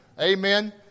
Amen